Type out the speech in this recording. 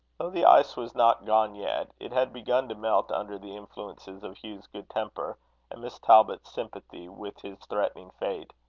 though the ice was not gone yet, it had begun to melt under the influences of hugh's good-temper, and miss talbot's sympathy with his threatening fate.